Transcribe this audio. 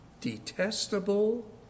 detestable